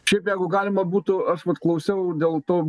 šiaip jeigu galima būtų aš vat klausiau dėl to